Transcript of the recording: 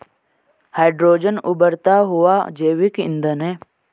hydrogen उबरता हुआ जैविक ईंधन है